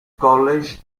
college